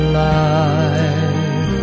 life